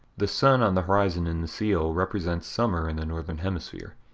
the sun on the horizon in the seal represents summer in the northern hemisphere.